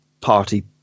party